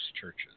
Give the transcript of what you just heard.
churches